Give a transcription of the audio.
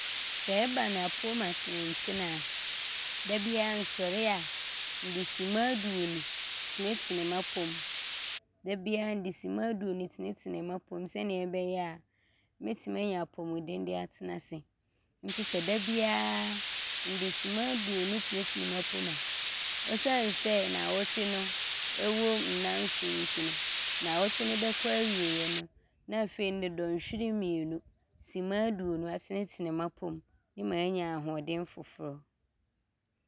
Sɛ ɔba no apom atenetene a, dabiaa nsɔre a nde simma aduonu tenetene m’apom. Dabiaa nde simma aduonu tenetene m’apom sɛdeɛ ɔbɛyɛ a mɛtim anya apomden de atena ase nti sɛ dabiaa nde simma aduonu ne tenetene m’apom a, esiane sɛ nnawɔtwe no wom nna nson nti no, nnawɔtwe no bɛkɔ awieej no, ne afei nde dɔnhwere mmienu, simma aduonu atenetene m’apom ne maanya ahoɔden foforɔ.